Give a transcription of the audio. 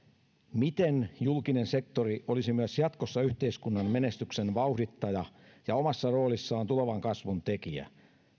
miten julkinen sektori olisi myös jatkossa yhteiskunnan menestyksen vauhdittaja ja omassa roolissaan tulevan kasvun tekijä